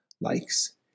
likes